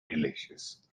delicious